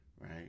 right